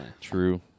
True